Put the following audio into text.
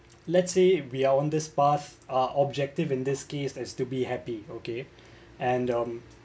let's say we are on this path uh objective in this case as to be happy okay and um